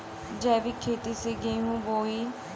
जैविक खेती से गेहूँ बोवाई